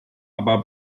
aber